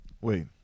Wait